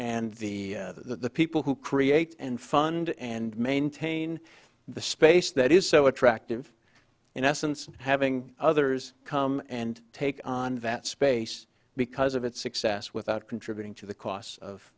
and the the people who create and fund and maintain the space that is so attractive in essence having others come and take on that space because of its success without contributing to the costs of